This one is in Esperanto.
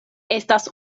estas